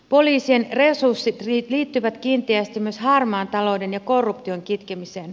poliisin resurssit liittyvät kiinteästi myös harmaan talouden ja korruption kitkemiseen